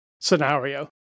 scenario